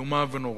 איומה ונוראה.